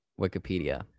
wikipedia